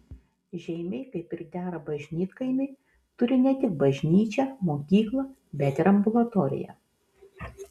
žeimiai kaip ir dera bažnytkaimiui turi ne tik bažnyčią mokyklą bet ir ambulatoriją